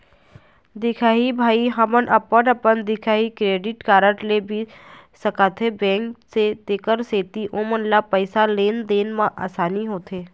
दिखाही भाई हमन अपन अपन दिखाही क्रेडिट कारड भी ले सकाथे बैंक से तेकर सेंथी ओमन ला पैसा लेन देन मा आसानी होथे?